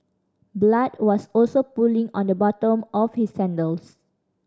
blood was also pooling on the bottom of his sandals